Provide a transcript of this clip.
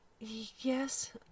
Yes